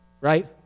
right